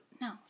no